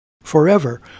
forever